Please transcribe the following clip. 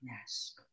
yes